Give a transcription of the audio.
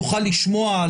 יוכל לשמוע,